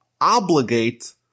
obligate